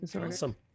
Awesome